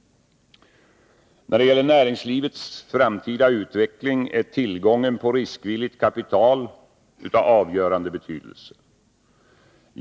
När det gäller näringslivets framtida utveckling är tillgången på riskvilligt kapital av avgörande betydelse.